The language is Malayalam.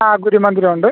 ആ ഗുരുമന്ദിരവുമുണ്ട്